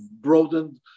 broadened